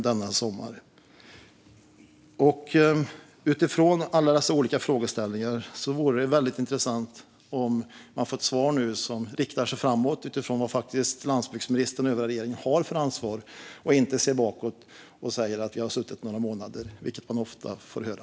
Med tanke på alla dessa olika frågeställningar vore det väldigt intressant att få ett svar som blickar framåt och tar fasta på vad landsbygdsministern och övriga regeringen har för ansvar, i stället för ett svar som blickar bakåt och handlar om att regeringen bara har suttit några månader, vilket man ju annars ofta får höra.